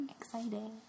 Exciting